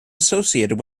associated